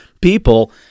people